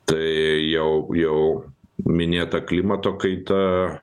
tai jau jau minėta klimato kaita